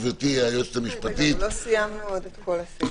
גברתי היועצת המשפטית --- לא סיימנו עוד את כל הסעיפים.